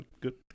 good